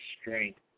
strength